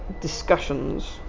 discussions